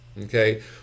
okay